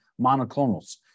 monoclonals